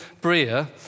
Bria